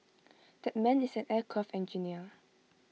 that man is an aircraft engineer